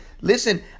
Listen